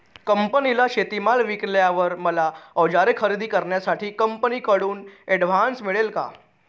कंपनीला शेतीमाल विकल्यावर मला औजारे खरेदी करण्यासाठी कंपनीकडून ऍडव्हान्स मिळेल का?